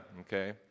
okay